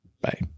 Bye